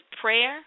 prayer